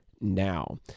now